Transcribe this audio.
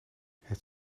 het